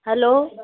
hello